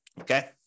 okay